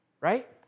right